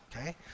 okay